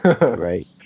Right